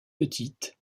petites